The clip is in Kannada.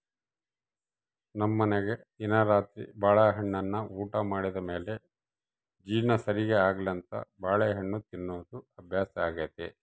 ನಮ್ಮನೆಗ ದಿನಾ ರಾತ್ರಿ ಬಾಳೆಹಣ್ಣನ್ನ ಊಟ ಮಾಡಿದ ಮೇಲೆ ಜೀರ್ಣ ಸರಿಗೆ ಆಗ್ಲೆಂತ ಬಾಳೆಹಣ್ಣು ತಿನ್ನೋದು ಅಭ್ಯಾಸಾಗೆತೆ